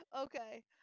Okay